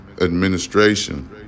administration